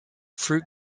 fruit